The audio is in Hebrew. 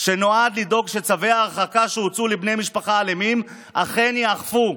נועד לדאוג לכך שצווי הרחקה שהוצאו נגד בני משפחה אלימים אכן ייאכפו.